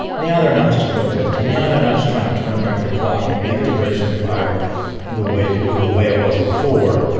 now they're not just protesting, now they're not just trying to turn back the clock and make the british empire the way the way it was before.